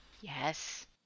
Yes